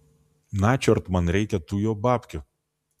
načiort man reikia tų jo babkių